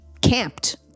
camped